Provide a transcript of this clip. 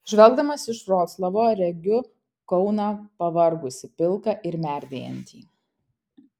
žvelgdamas iš vroclavo regiu kauną pavargusį pilką ir merdėjantį